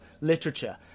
literature